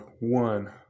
one